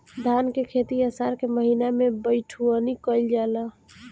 धान के खेती आषाढ़ के महीना में बइठुअनी कइल जाला?